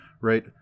Right